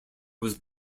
was